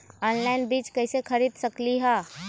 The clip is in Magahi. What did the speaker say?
ऑनलाइन बीज कईसे खरीद सकली ह?